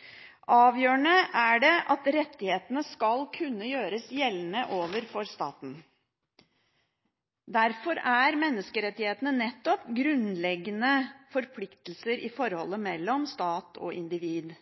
Det avgjørende er at rettighetene skal kunne gjøres gjeldende overfor staten. Derfor er menneskerettighetene nettopp grunnleggende forpliktelser i forholdet mellom stat og individ.